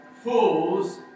fools